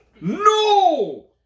No